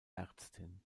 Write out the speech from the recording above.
ärztin